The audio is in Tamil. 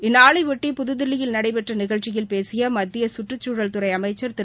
இந்நாளைபொட்டி புதுதில்லியில் நடைபெற்ற நிகழ்ச்சியில் பேசிய மத்திய கற்றுச்சூழல் அமைச்சா் திரு